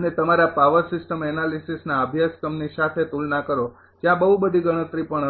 અને તમારા power system એનાલિસિસના અભ્યાસક્રમની સાથે તુલના કરો જ્યાં બહુ બધી ગણતરી પણ હતી